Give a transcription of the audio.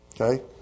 okay